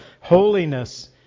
holiness